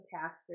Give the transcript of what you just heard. pastor